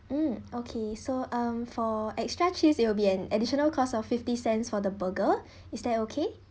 um okay so um for extra cheese it'll be an additional cost of fifty cents for the burger is that okay